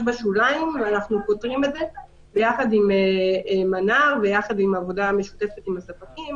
בשוליים ואנחנו פותרים את זה יחד עם מנה"ר ויחד עם עבודה משותפת עם הספקים